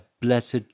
blessed